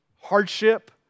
Hardship